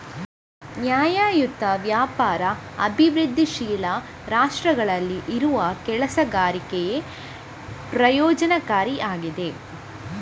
ನ್ಯಾಯಯುತ ವ್ಯಾಪಾರ ಅಭಿವೃದ್ಧಿಶೀಲ ರಾಷ್ಟ್ರಗಳಲ್ಲಿ ಇರುವ ಕೆಲಸಗಾರರಿಗೆ ಪ್ರಯೋಜನಕಾರಿ ಆಗಿದೆ